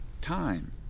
Time